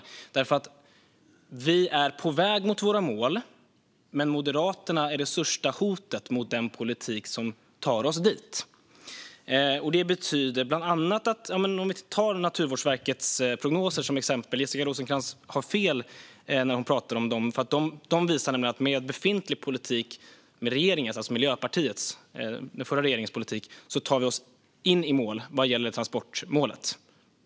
Vi är nämligen på väg mot våra mål, men Moderaterna är det största hotet mot den politik som tar oss dit. Vi kan ta Naturvårdsverkets prognoser som exempel. Jessica Rosencrantz har fel när hon pratar om dem, för de visar att med befintlig politik, den förra regeringens politik, tar vi oss i mål vad gäller transportmålet.